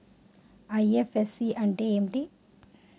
IFSC అంటే ఏమిటి?